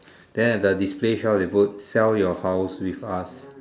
then at the display shop they put sell your house with us